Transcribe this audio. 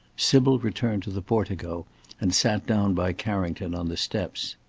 sybil returned to the portico and sat down by carrington on the steps.